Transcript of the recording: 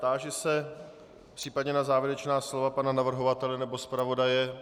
Táži se případně na závěrečná slova pana navrhovatele nebo zpravodaje.